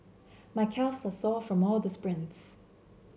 my calves are sore from all the sprints